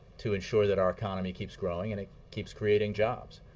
to ensure that our economy keeps growing and it keeps creating jobs.